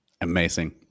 Amazing